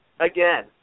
Again